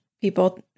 people